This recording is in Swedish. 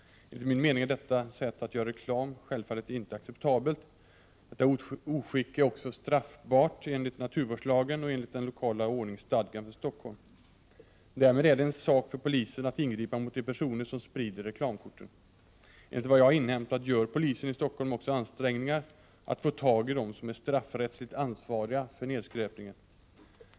Enligt min mening är detta sätt att göra reklam självfallet inte acceptabelt. Och detta oskick är också straffbart enligt naturvårdslagen och enligt den lokala ordningsstadgan för Stockholm. Därmed är det en sak för polisen att ingripa mot de personer som sprider reklamkorten. Enligt vad jag har inhämtat gör polisen i Stockholm också ansträngningar för att få tag i dem som är straffrättsligt ansvariga för nedskräpningen.